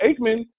Aikman